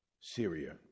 Syria